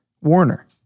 Warner